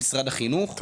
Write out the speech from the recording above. משרד החינוך.